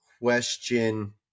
question